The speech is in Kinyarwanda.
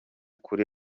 kuri